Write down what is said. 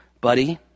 buddy